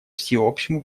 всеобщему